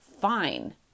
fine